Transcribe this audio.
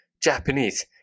Japanese